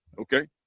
Okay